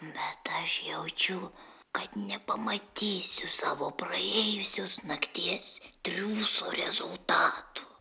bet aš jaučiu kad nepamatysiu savo praėjusios nakties triūso rezultatų